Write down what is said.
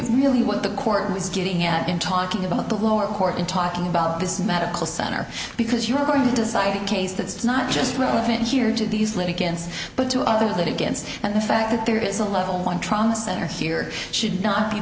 really what the court was getting at in talking about the lower court in talking about this medical center because you're going to decide the case that it's not just relevant here to these litigants but to other that against the fact that there is a level one trauma center here should not be